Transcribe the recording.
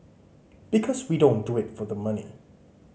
because we don't do it for the money